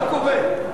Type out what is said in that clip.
מה קורה,